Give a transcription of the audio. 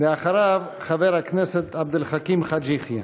אחריו, חבר הכנסת עבד אל חכים חאג' יחיא.